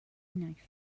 knife